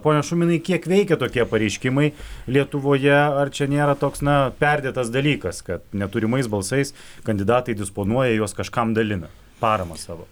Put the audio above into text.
pone šuminai kiek veikia tokie pareiškimai lietuvoje ar čia nėra toks na perdėtas dalykas kad neturimais balsais kandidatai disponuoja juos kažkam dalina paramą savo